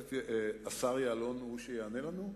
השר יעלון הוא שיענה לנו?